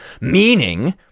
meaning